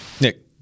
Nick